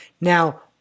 Now